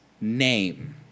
name